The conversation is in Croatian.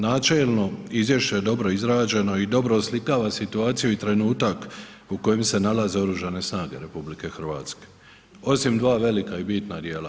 Načelno izvješće je dobro izrađeno i dobro oslikava situaciju i trenutak u kojem se nalaze Oružane snage RH osim dva velika i bitna dijela.